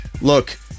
look